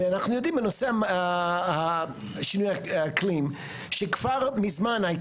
אנחנו יודעים בנושא שינוי האקלים שכבר מזמן היה